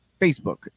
Facebook